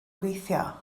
gweithio